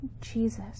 Jesus